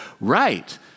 Right